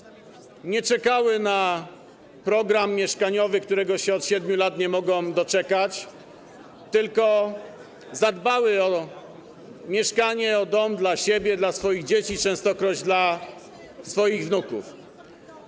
Nie czekali oni na program mieszkaniowy, którego od 7 lat nie mogą się doczekać, tylko zadbali o mieszkanie, o dom dla siebie, dla swoich dzieci, częstokroć dla swoich wnuków.